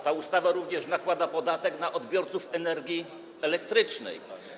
Ta ustawa również nakłada podatek na odbiorców energii elektrycznej.